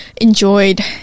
enjoyed